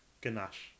Ganache